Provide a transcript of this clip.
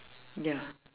ya